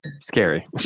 scary